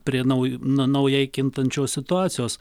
prie nauj na naujai kintančios situacijos